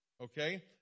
Okay